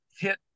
hit